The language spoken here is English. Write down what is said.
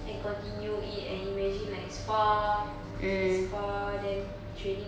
and continue it and imagine like it's far it's far then training